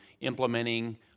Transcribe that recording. implementing